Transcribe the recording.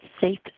safe